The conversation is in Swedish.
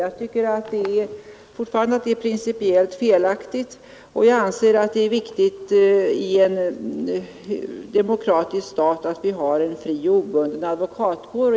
Jag tycker fortfarande att det är principiellt riktigt att i en demokratisk stat ha en fri och obunden advokatkår.